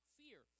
fear